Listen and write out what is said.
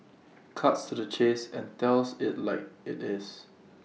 cuts to the chase and tells IT like IT is